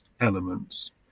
elements